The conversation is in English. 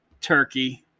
turkey